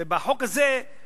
החוק הזה,